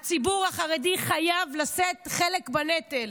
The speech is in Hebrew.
הציבור החרדי חייב לשאת חלק בנטל.